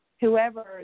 whoever